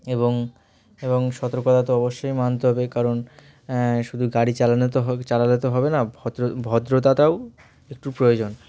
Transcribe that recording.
এবং এবং সতর্কতা তো অবশ্যই মানতে হবে কারণ শুধু গাড়ি চালানো তো চালালে তো হবে না ভদ্র ভদ্রতাটাও একটু প্রয়োজন